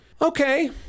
Okay